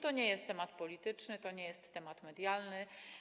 To nie jest temat polityczny, to nie jest temat medialny.